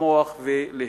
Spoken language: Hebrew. לצמוח ולהתפתח.